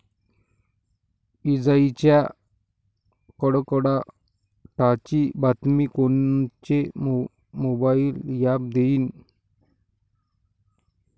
इजाइच्या कडकडाटाची बतावनी कोनचे मोबाईल ॲप देईन?